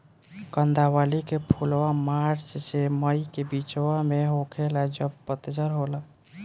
कंदावली के फुलवा मार्च से मई के बिचवा में होखेला जब पतझर होला